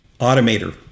Automator